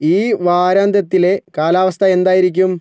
ഈ വാരാന്ത്യത്തിലെ കാലാവസ്ഥ എന്തായിരിക്കും